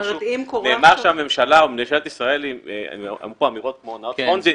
דיברו על דברים כמו הונאות פונזי.